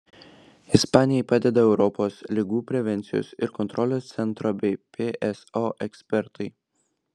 ispanijai padeda europos ligų prevencijos ir kontrolės centro bei pso ekspertai